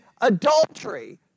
adultery